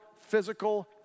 physical